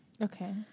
Okay